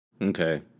okay